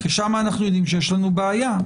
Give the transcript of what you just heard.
כי שם אנחנו יודעים שיש לנו בעיה,